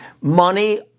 Money